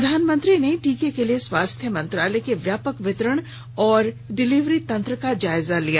प्रधानमंत्री ने टीके के लिए स्वास्थ्य मंत्रालय के व्यापक वितरण और डिलिवरी तंत्र का जायजा लिया